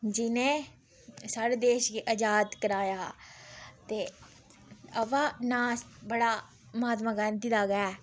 जिनें साढ़े देश गी अज़ाद कराया हा ते अवा नांऽ बड़ा महात्मा गांधी दा गै ऐ